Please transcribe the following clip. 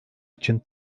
için